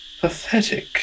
pathetic